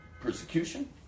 persecution